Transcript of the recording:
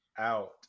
Out